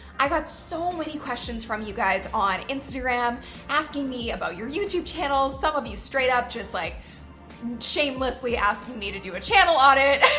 i've got so many questions from you guys on instagram asking me about your youtube channel, some of you straight up just like shamelessly asking me to do a channel audit,